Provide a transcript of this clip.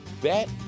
bet